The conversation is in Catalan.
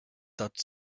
tot